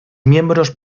miembros